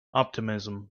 optimism